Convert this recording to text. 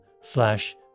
slash